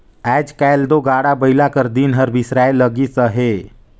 आएज काएल दो गाड़ा बइला कर दिन हर बिसराए लगिस अहे